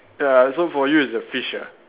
ya so for you it's a fish ah